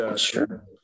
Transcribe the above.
Sure